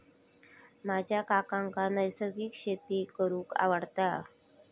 माझ्या काकांका नैसर्गिक शेती करूंक आवडता